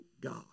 God